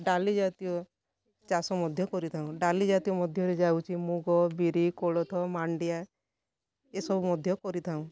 ଡ଼ାଲି ଜାତୀୟ ଚାଷ ମଧ୍ୟ କରିଥାଉ ଡ଼ାଲି ଜାତୀୟ ମଧ୍ୟରେ ଯାଉଛି ମୁଗ ବିରି କୋଳଥ ମାଣ୍ଡିଆ ଏସବୁ ମଧ୍ୟ କରିଥାଉ